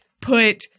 put